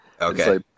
Okay